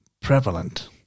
prevalent